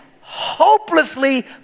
hopelessly